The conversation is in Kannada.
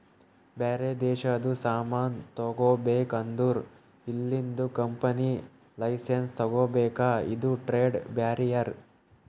ಬ್ಯಾರೆ ದೇಶದು ಸಾಮಾನ್ ತಗೋಬೇಕ್ ಅಂದುರ್ ಇಲ್ಲಿದು ಕಂಪನಿ ಲೈಸೆನ್ಸ್ ತಗೋಬೇಕ ಇದು ಟ್ರೇಡ್ ಬ್ಯಾರಿಯರ್